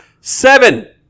seven